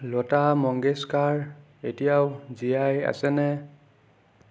লতা মংগেশকাৰ এতিয়াও জীয়াই আছেনে